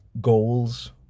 Goals